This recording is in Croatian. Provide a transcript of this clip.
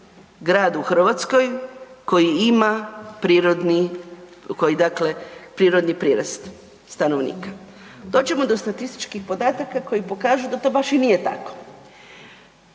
ima prirodni, koji dakle prirodni prirast stanovnika. Dođemo do statističkih podataka koji pokažu da to baš i nije tako.